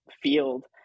field